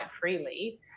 freely